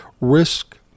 risk